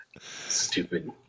Stupid